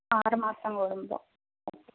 ആറ് മാസം കൂടുമ്പോൾ ഓക്കെ